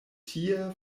tie